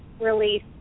release